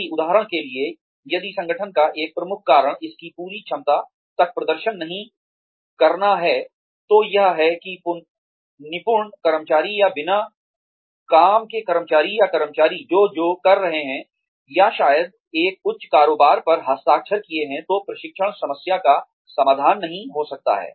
यदि उदाहरण के लिए यदि संगठन का एक प्रमुख कारण इसकी पूरी क्षमता तक प्रदर्शन नहीं करना है तो यह है कि निपुण कर्मचारी या बिना काम के कर्मचारी या कर्मचारी जो जो कर रहे हैं या शायद एक उच्च कारोबार पर हस्ताक्षर किए हैं तो प्रशिक्षण समस्या का समाधान नहीं हो सकता है